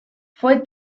fue